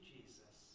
Jesus